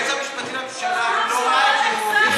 היועץ המשפטי לממשלה אמר שהוא לא נחשף,